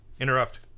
interrupt